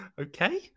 okay